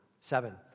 Seven